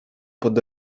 pod